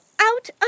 out